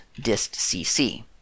distcc